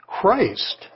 Christ